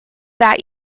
that